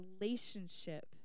relationship